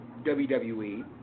WWE